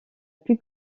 plus